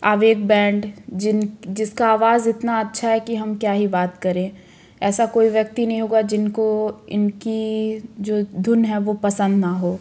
आवेग बैंड जिन जिसका आवाज़ इतना अच्छा है कि हम क्या ही बात करें ऐसा कोई व्यक्ति नहीं होगा जिनको इनकी जो धुन है वो पसंद न हो